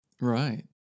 right